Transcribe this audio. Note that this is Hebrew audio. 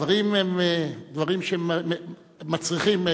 הדברים הם דברים שמצריכים,